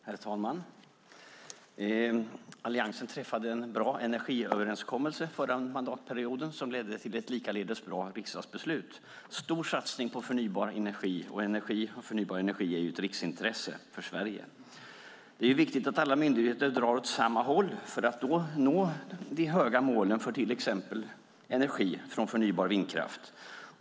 Herr talman! Alliansen träffade en bra energiöverenskommelse under förra mandatperioden. Den ledde till ett likaledes bra riksdagsbeslut om en stor satsning på förnybar energi. Energi och förnybar energi är ju ett riksintresse för Sverige. Det är viktigt att alla myndigheter drar åt samma håll för att nå de höga målen för energi från till exempel förnybar vindkraft.